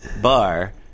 bar